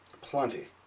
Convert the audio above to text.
Plenty